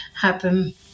happen